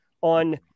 on